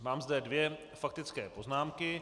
Mám zde dvě faktické poznámky.